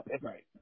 Right